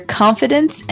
confidence